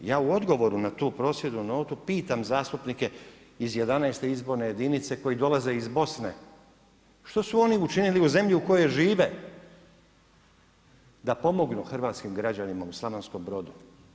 Ja u odgovoru na tu prosvjednu notu pitam zastupnike iz 11. izborne jedinice koji dolaze iz Bosne što su oni učinili u zemlji u kojoj žive da pomognu hrvatskim građanima u Slavonskom Brodu.